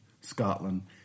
Scotland